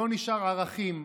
לא נשארו ערכים.